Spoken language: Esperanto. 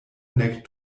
nek